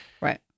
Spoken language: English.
Right